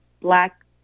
Black